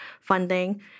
funding